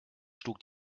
schlug